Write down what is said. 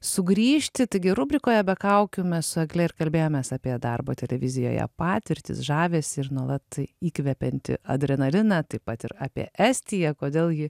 sugrįžti taigi rubrikoje be kaukių mes su egle ir kalbėjomės apie darbo televizijoje patirtis žavesį ir nuolat įkvepiantį adrenaliną taip pat ir apie estiją kodėl ji